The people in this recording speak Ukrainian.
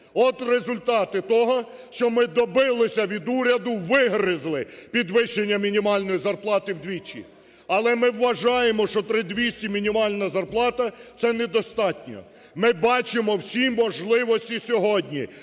От результати того, що ми добилися від уряду, вигризли підвищення мінімальної зарплати вдвічі. Але ми вважаємо, що 3200 мінімальна заплата – це недостатньо. Ми бачимо всі можливості сьогодні